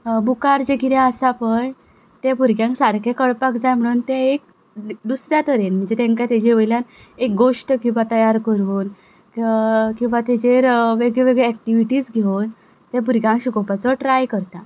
बुकार जें किदें आसा पळय तें भुरग्यांक सारकें कळपाक जाय म्हणून तें एक दुसऱ्या तरेन म्हणजे तांकां ताजे वयल्यान एक गोश्ट किंवां तयार करून किंवां ताजेर वेगळ्योवेगळ्यो एकटिविटीज ते भुरग्या शिकोपाचो ट्राय करता